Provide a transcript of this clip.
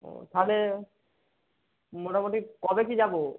ও তাহলে মোটামুটি কবে কী যাবো